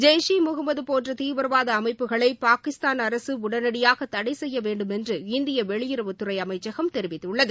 ஜெய்ஷே ஈ முகமது போன்ற தீவிரவாத அமைப்புகளை பாகிஸ்தான் அரசு உடனடியாக தடை செய்ய வேண்டும் என்று இந்திய வெளியுறவுத்துறை அமைச்சகம் தெரிவித்துள்ளது